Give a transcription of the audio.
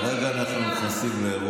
כרגע אנחנו נכנסים לאירוע אחר.